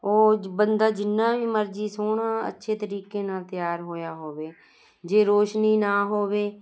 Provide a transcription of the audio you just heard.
ਉਹ ਬੰਦਾ ਜਿੰਨਾ ਵੀ ਮਰਜ਼ੀ ਸੋਹਣਾ ਅੱਛੇ ਤਰੀਕੇ ਨਾ ਤਿਆਰ ਹੋਇਆ ਹੋਵੇ ਜੇ ਰੋਸ਼ਨੀ ਨਾ ਹੋਵੇ